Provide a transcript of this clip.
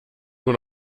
nur